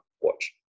watch